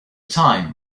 time